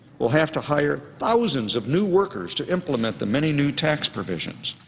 will have to hire thousands of new workers to implement the many new tax provisions.